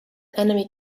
enemy